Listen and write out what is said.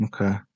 Okay